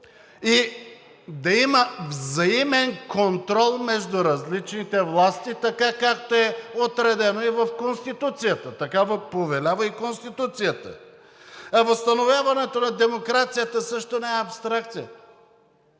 и да има взаимен контрол между различните власти така, както е отредено в Конституцията, така повелява и Конституцията. А възстановяването на демокрацията също не е абстракция.